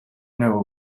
know